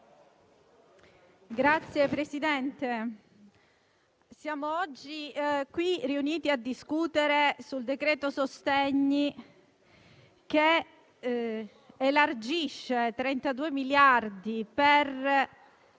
Signor Presidente, siamo oggi qui riuniti a discutere del decreto-legge sostegni, che elargisce 32 miliardi per